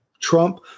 Trump